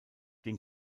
den